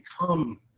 become